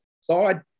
side